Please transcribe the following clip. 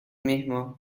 mismo